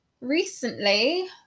recently